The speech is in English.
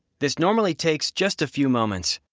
this normally takes just a few moments.